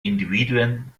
individuen